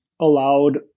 allowed